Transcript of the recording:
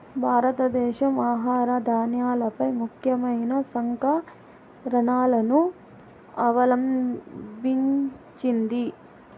భారతదేశం ఆహార ధాన్యాలపై ముఖ్యమైన సంస్కరణలను అవలంభించింది